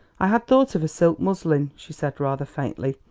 i had thought of a silk muslin, she said rather faintly,